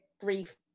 grief